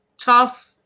tough